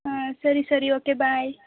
ಹಾಂ ಸರಿ ಸರಿ ಓಕೆ ಬಾಯ್